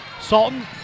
Salton